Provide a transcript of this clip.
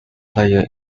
player